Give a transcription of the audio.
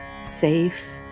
safe